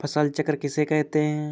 फसल चक्र किसे कहते हैं?